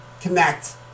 connect